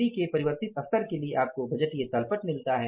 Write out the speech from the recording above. बिक्री के परिवर्तित स्तर के लिए आपको बजटीय तल पट मिलती है